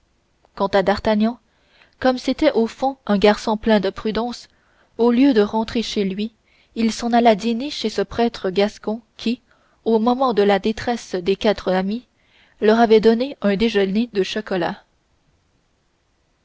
quant à d'artagnan comme c'était au fond un garçon plein de prudence au lieu de rentrer chez lui il s'en alla dîner chez ce prêtre gascon qui au moment de la détresse des quatre amis leur avait donné un déjeuner de chocolat